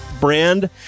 brand